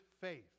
faith